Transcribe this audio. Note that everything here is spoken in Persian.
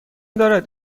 دارد